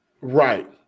right